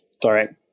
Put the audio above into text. direct